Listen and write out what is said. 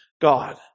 God